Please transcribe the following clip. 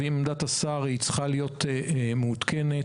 הוא צריך להוביל את כל התהליך